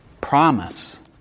promise